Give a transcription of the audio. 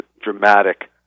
dramatic